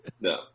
no